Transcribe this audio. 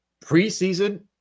preseason